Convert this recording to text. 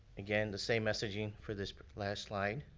again, the same messaging for this last slide.